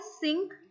sink